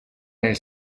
nel